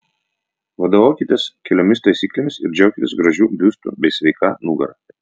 vadovaukitės keliomis taisyklėmis ir džiaukitės gražiu biustu bei sveika nugara